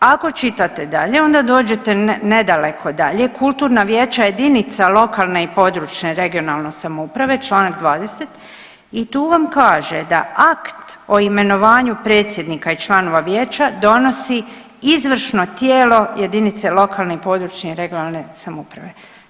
Ako čitate dalje onda dođete nedaleko dalje, „Kulturna vijeća jedinica lokalne i područne regionalne samouprave“ čl. 20. i tu vam kaže da akt o imenovanju predsjednika i članova vijeća donosi izvršno tijelo jedinice lokalne i područne (regionalne) samouprave.